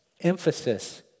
emphasis